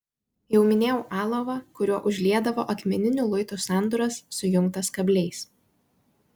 jau minėjau alavą kuriuo užliedavo akmeninių luitų sandūras sujungtas kabliais